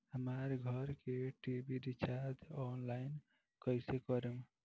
हमार घर के टी.वी रीचार्ज ऑनलाइन कैसे करेम?